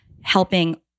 helping